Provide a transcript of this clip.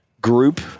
group